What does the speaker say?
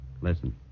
Listen